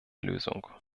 lösung